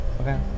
Okay